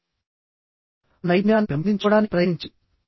ఆ నైపుణ్యాన్ని పెంపొందించుకోడానికి ప్రయత్నించండి